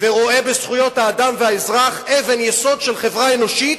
ורואים בזכויות האדם והאזרח אבן יסוד של חברה אנושית,